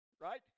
Right